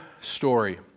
story